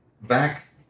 back